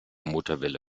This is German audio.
motorwelle